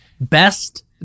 Best